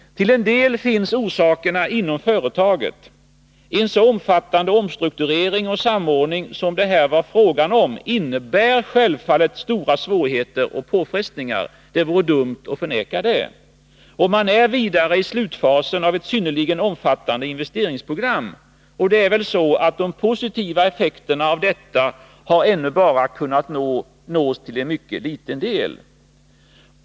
Till en del finns orsakerna inom företaget. En så omfattande omstrukturering och samordning som det här varit fråga om innebär självfallet stora svårigheter och påfrestningar. Det vore dumt att förneka det. Man är vidare i slutfasen av ett synnerligen omfattande investeringsprogram. De positiva effekterna av detta har ännu bara kunnat nås till en mycket liten del.